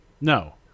No